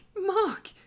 Mark